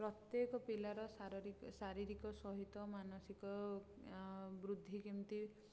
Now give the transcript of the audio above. ପ୍ରତ୍ୟେକ ପିଲାର ଶାରରୀକ ଶାରୀରିକ ସହିତ ମାନସିକ ବୃଦ୍ଧି କେମିତି ହେବ